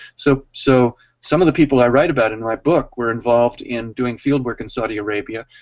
so so some of the people i write about in my book were involved in doing field work in saudi arabia.